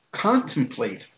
contemplate